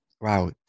Wow